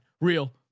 real